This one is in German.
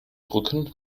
brücken